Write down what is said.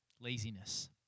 Laziness